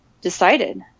decided